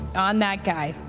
on that guy.